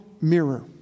mirror